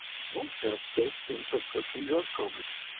and most have built-in prescription drug coverage,